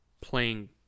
playing